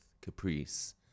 Caprice